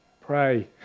pray